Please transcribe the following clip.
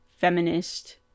feminist